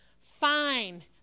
fine